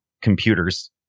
Computers